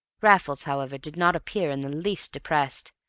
raffles, however, did not appear in the least depressed,